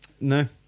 No